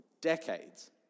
decades